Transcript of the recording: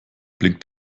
blinkt